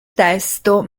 testo